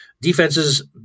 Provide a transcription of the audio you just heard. defenses